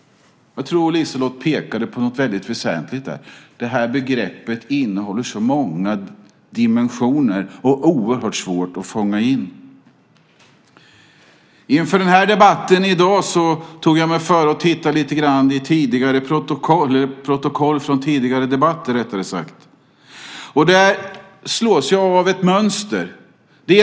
Jag tror att Liselott där pekade på något väldigt väsentligt. Begreppet innehåller många dimensioner och är oerhört svårt att fånga in. Inför debatten i dag tog jag mig före att titta i protokoll från tidigare debatter. Jag slogs av att där finns ett mönster.